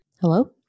Hello